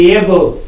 able